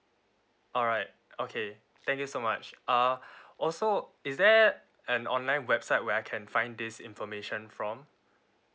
alright okay thank you so much uh also is there an online website where I can find this information from